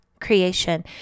creation